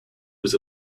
was